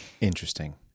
Interesting